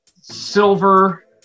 silver